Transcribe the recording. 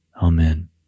Amen